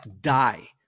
die